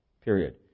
period